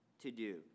to-do